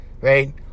right